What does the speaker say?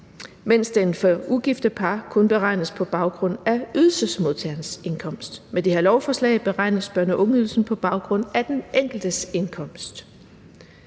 mens den for ugifte par kun beregnes på baggrund af ydelsemodtagerens indkomst. Med det her lovforslag beregnes børne- og ungeydelsen på baggrund af den enkeltes indkomst.